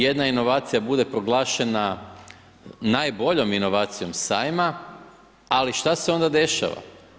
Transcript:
Jedna inovacija bude proglašena najboljom inovacijom sajma, ali što se onda dešava.